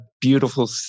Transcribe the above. beautiful